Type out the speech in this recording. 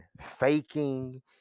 faking